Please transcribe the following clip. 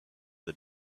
the